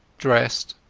dressed,